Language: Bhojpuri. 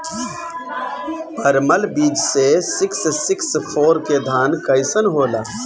परमल बीज मे सिक्स सिक्स फोर के धान कईसन होला?